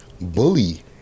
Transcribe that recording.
Bully